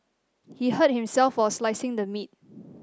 he hurt himself while slicing the meat